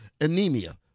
anemia